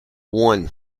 one